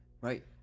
Right